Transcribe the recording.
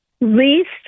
least